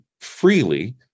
freely